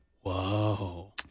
Whoa